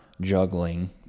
juggling